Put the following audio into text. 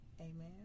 Amen